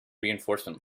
reinforcement